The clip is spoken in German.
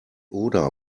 oder